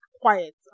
quiet